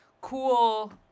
cool